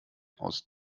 aus